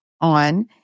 on